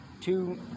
two